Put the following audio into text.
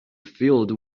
filled